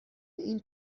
این